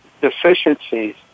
Deficiencies